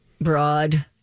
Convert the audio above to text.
broad